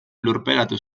lurperatu